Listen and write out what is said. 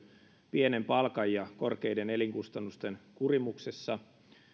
pienen palkan ja korkeiden elinkustannusten kurimuksessa